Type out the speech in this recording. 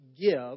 give